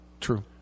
True